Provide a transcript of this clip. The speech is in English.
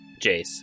Jace